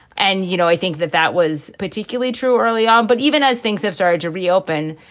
and, you know, i think that that was particularly true early on. but even as things have started to reopen,